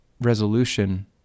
resolution